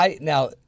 now